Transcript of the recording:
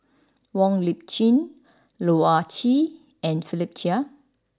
Wong Lip Chin Loh Ah Chee and Philip Chia